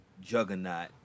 juggernaut